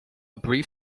brief